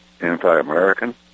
anti-American